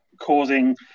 causing